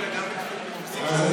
רק בטפסים ממשלתיים אלא גם בטפסים,